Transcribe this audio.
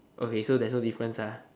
okay so there's no difference ah